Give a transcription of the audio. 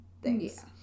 Thanks